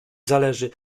zależy